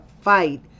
fight